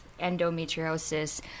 endometriosis